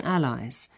Allies